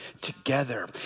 together